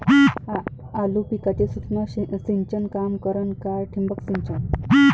आलू पिकाले सूक्ष्म सिंचन काम करन का ठिबक सिंचन?